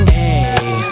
Hey